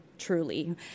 truly